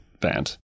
banned